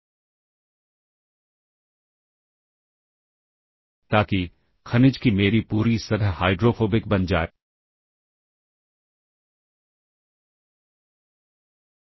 अब संदर्भ कार्यान्वयन द्वारा कॉल का दूसरा भाग बहुत सरल है